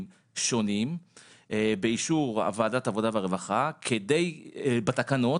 שונים באישור ועדת העבודה והרווחה בתקנות,